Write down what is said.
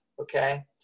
okay